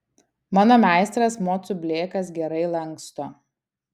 mano meistras mocų blėkas gerai lanksto